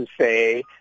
say